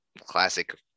classic